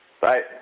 Bye